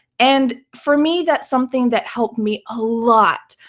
and for me, that's something that helped me a lot.